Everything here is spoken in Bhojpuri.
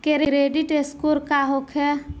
क्रेडिट स्कोर का होखेला?